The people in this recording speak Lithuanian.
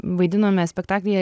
vaidinome spektaklyje